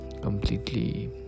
completely